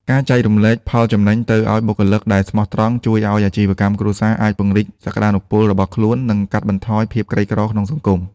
ការចែករំលែកផលចំណេញទៅឱ្យបុគ្គលិកដែលស្មោះត្រង់ ជួយឱ្យអាជីវកម្មគ្រួសារអាចពង្រីកសក្ដានុពលរបស់ខ្លួន និងកាត់បន្ថយភាពក្រីក្រក្នុងសង្គម។